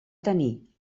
tenir